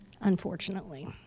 Unfortunately